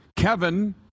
Kevin